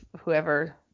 whoever